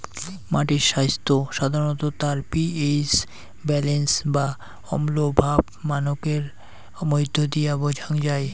মাটির স্বাইস্থ্য সাধারণত তার পি.এইচ ব্যালেন্স বা অম্লভাব মানকের মইধ্য দিয়া বোঝাং যাই